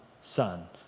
Son